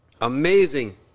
Amazing